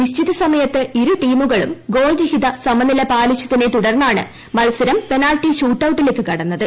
നിശ്ചിത സമയത്ത് ഇരു ടീമുകളും ഗോൾരഹിത സമനില പാലിച്ചതിനെ തുടർന്നാണ് മൽസരം പെനാൽറ്റി ഷൂട്ടൌട്ടിലേക്ക് കടന്നത്